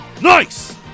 Nice